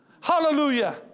hallelujah